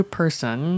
person